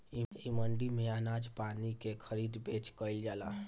इ मंडी में अनाज पानी के खरीद बेच कईल जाला